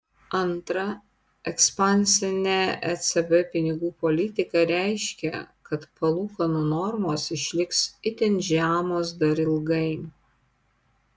antra ekspansinė ecb pinigų politika reiškia kad palūkanų normos išliks itin žemos dar ilgai